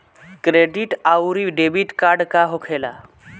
Credit आउरी debit card का होखेला?